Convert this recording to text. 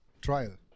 trial